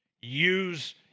use